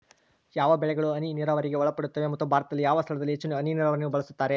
ಯಾವ ಬೆಳೆಗಳು ಹನಿ ನೇರಾವರಿಗೆ ಒಳಪಡುತ್ತವೆ ಮತ್ತು ಭಾರತದಲ್ಲಿ ಯಾವ ಸ್ಥಳದಲ್ಲಿ ಹೆಚ್ಚು ಹನಿ ನೇರಾವರಿಯನ್ನು ಬಳಸುತ್ತಾರೆ?